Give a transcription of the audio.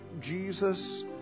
Jesus